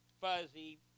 fuzzy